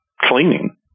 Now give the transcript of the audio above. cleaning